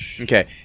Okay